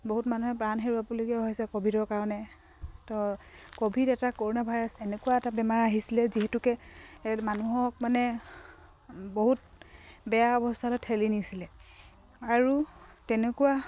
বহুত মানুহে প্ৰাণ হেৰুৱবলগীয়াও হৈছে ক'ভিডৰ কাৰণে তো কোভিড এটা কৰ'না ভাইৰাছ এনেকুৱা এটা বেমাৰ আহিছিলে যিহেতুকে মানুহক মানে বহুত বেয়া অৱস্থলৈ ঠেলি নিছিলে আৰু তেনেকুৱা